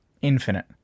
infinite